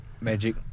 magic